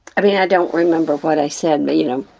i mean i don't remember what i said but you know,